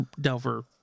Delver